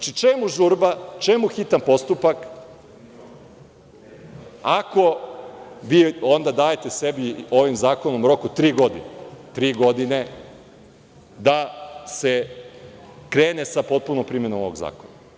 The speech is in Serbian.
Čemu žurba, čemu hitan postupak, ako vi onda dajete sebi ovim zakonom rok od tri godine da se krene sa potpunom primenom ovog zakona?